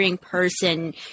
person